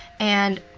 and,